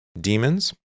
demons